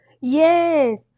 yes